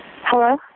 Hello